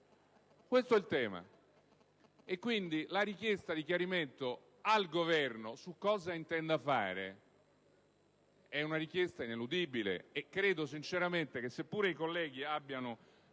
Questo è il tema. La richiesta di chiarimento al Governo su cosa intenda fare è pertanto ineludibile e credo sinceramente che seppure i colleghi abbiano